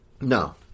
No